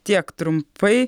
tiek trumpai